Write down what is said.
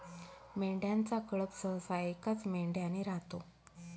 मेंढ्यांचा कळप सहसा एकाच मेंढ्याने राहतो